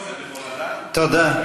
תודה.